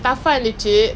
ya